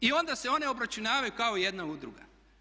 I onda se one obračunavaju kao jedna udruga.